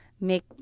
make